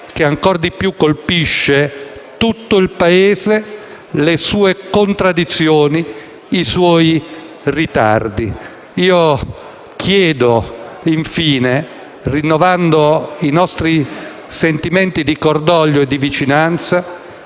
che ancor di più colpisce tutto il Paese, le sue contraddizioni e i suoi ritardi. Chiedo infine, rinnovando i nostri sentimenti di cordoglio e di vicinanza,